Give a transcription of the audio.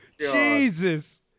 Jesus